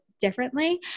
differently